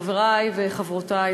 חברי וחברותי,